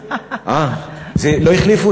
אה, לא החליפו?